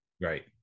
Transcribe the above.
Right